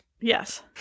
yes